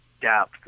depth